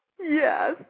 Yes